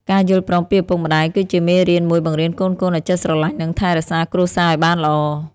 ការយល់ព្រមពីឪពុកម្ដាយគឺជាមេរៀនមួយបង្រៀនកូនៗឱ្យចេះស្រឡាញ់ និងថែរក្សាគ្រួសារឱ្យបានល្អ។